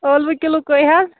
ٲلوٕ کِلوٗ کٔہے حظ